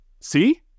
See